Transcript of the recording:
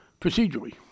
procedurally